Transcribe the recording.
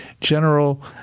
general